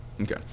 Okay